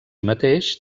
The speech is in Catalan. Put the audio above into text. mateix